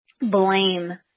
blame